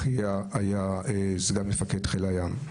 אחיה היה סגן מפקד חיל הים.